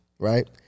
Right